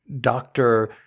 doctor